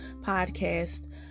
podcast